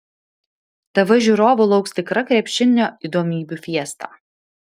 tv žiūrovų lauks tikra krepšinio įdomybių fiesta